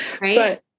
Right